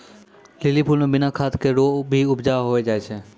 lily फूल बिना खाद रो भी उपजा होय जाय छै